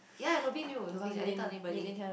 ya nobody knew nobody I didn't tell anybody